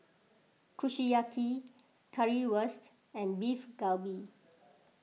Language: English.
Kushiyaki Currywurst and Beef Galbi